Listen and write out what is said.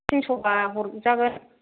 तिनस'बा हरजागोन